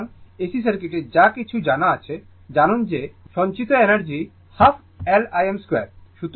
সুতরাং AC সার্কিটে যা কিছু জানা আছে জানুন যে সঞ্চিত এনার্জি হাফ L Im 2